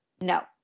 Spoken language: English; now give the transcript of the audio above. no